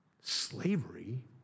Slavery